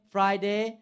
Friday